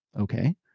Okay